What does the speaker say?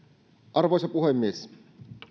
arvoisa puhemies